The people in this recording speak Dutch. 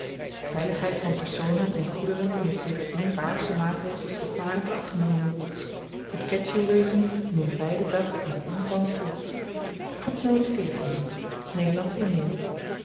veiligheid van personen en goederen heeft sedert dien baarschen maatregel schrikbarend afgenomen het ketjoe wezen neemt by den dag in omvang nederlandsch indie